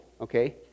Okay